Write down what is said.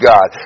God